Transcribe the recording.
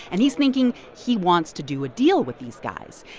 and he's thinking he wants to do a deal with these guys.